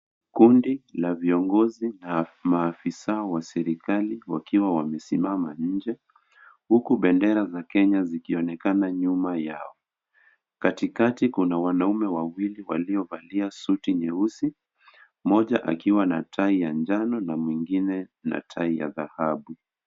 Kundi la viongozi na maafisa wa serikali wakiwa wamesimama nje, huku bendera za Kenya zikionekana nyuma yao. Katikati kuna wanaume wawili waliovalia suti nyeusi, mmoja akiwa na tai ya njano na mwengine na tai ya dhahabu.